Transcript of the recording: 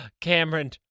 Cameron